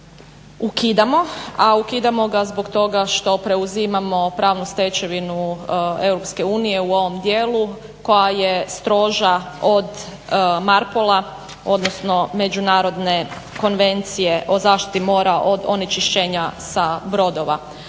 ukidamo ga zbog toga što preuzimamo pravnu stečevinu Europske unije u ovom dijelu koja je stroža od …/Govornik se ne razumije./… odnosno Međunarodne konvencije o zaštiti mora od onečišćenja sa brodova.